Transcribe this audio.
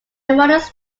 modest